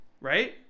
Right